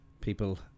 people